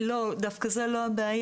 לא, דווקא זו לא הבעיה.